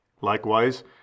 Likewise